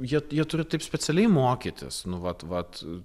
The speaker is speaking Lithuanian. jie jie turi taip specialiai mokytis nu vat vat